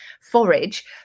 forage